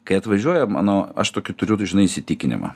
kai atvažiuoja mano aš tokį turiu žinai įsitikinimą